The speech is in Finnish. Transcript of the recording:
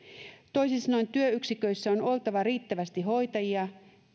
toisin sanoen työyksiköissä on oltava riittävästi hoitajia